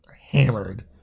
hammered